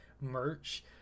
merch